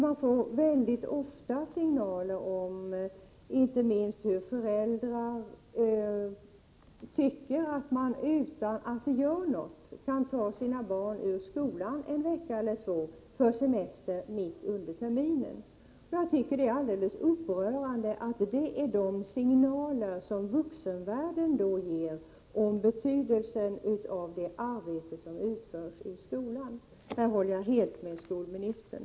Man får väldigt ofta signaler om inte minst hur föräldrar tycker att man, utan att det gör något, kan ta sina barn ur skolan en vecka eller två för semester mitt under terminen. Det är upprörande att det är sådana signaler som vuxenvärlden ger om betydelsen av det arbete som utförs i skolan. På den punkten håller jag alltså helt med skolministern.